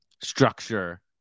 structure